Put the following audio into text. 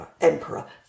emperor